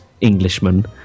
Englishman